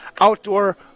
outdoor